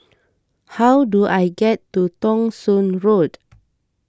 how do I get to Thong Soon Road